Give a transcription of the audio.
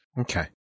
Okay